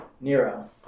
Nero